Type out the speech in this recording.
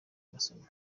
masomo